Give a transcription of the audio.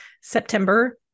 September